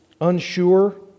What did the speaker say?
unsure